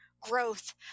growth